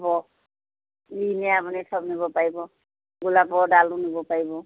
হ'ব যি নিয়ে আপুনি চব নিব পাৰিব গোলাপৰ ডালো নিব পাৰিব